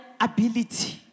ability